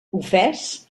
ofès